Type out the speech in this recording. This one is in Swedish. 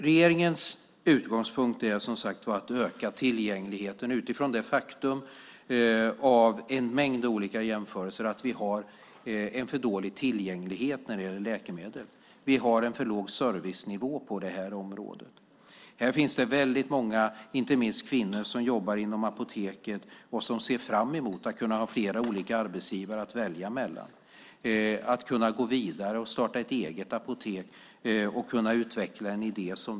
Regeringens utgångspunkt är som sagt att öka tillgängligheten utifrån det faktum att en mängd olika jämförelser visar att vi har för dålig tillgänglighet när det gäller läkemedel. Vi har för låg servicenivå på området. Det finns väldigt många, inte minst kvinnor, som jobbar inom Apoteket och ser fram emot att kunna ha flera olika arbetsgivare att välja mellan eller att kunna gå vidare och starta ett eget apotek och utveckla en idé.